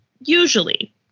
usually